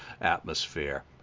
atmosphere